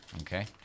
okay